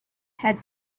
had